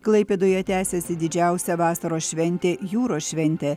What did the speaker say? klaipėdoje tęsiasi didžiausia vasaros šventė jūros šventė